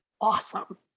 awesome